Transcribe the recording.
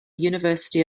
university